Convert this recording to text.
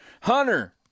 Hunter